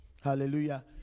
Hallelujah